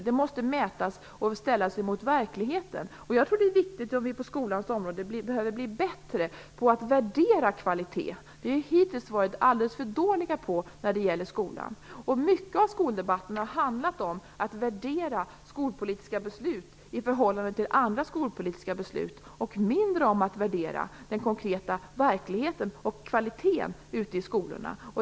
Det måste mätas och ställas mot verkligheten. Jag tror att det är viktigt att vi på skolans område behöver bli bättre på att värdera kvalitet. Det har vi hittills varit alldeles för dåliga på. Mycket av skoldebatten har handlat om att värdera skolpolitiska beslut i förhållande till andra skolpolitiska beslut. Det har i mindre utsträckning varit fråga om att värdera den konkreta verkligheten och kvaliteten ute i skolorna.